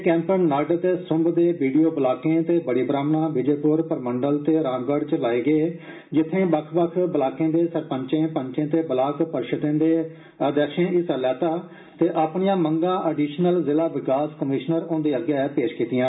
ए camp नड़ ते सुंब दे बी डी ओ ब्लाकें ते बड़ी ब्राहमणा विजयप्र परमंडल ते रामगढ़ च लाए गेये जित्थें बक्ख बक्ख ब्लाकें दे सरपंचें पंचें ते ब्लाक परिषदें दे अध्यक्षें हिस्सा लैता ते अपनियां मंगा अडिश्नल जिला विकास कमीश्नर हन्दे अग्गै रक्खियां